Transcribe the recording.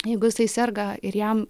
jeigu jisai serga ir jam